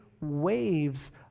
waves